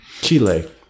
Chile